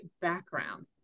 background